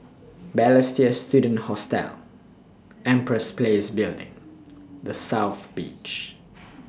Balestier Student Hostel Empress Place Building The South Beach